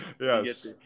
Yes